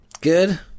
Good